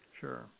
Sure